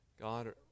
God